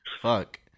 fuck